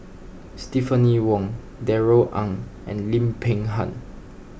Stephanie Wong Darrell Ang and Lim Peng Han